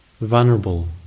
vulnerable